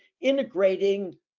integrating